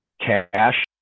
cash